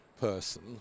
person